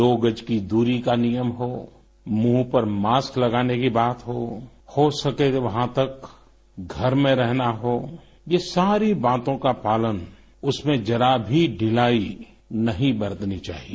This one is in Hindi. दो गज की दूरी का नियम हो मुंह पर मास्क लगाने की बात हो हो सके तो वहां तक घर में रहना हो ये सारी बातों का पालन उसमें जरा भी ढिलाई नहीं बरतनी चाहिए